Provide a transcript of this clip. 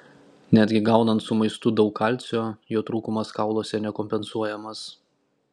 netgi gaunant su maistu daug kalcio jo trūkumas kauluose nekompensuojamas